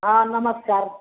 हँ नमस्कार